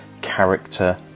character